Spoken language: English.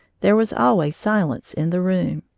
there was always silence in the room.